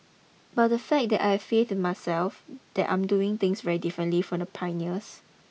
but the fact it that I faith in myself that I am doing things very differently from the pioneers